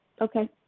Okay